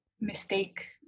mistake